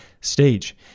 stage